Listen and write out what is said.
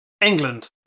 England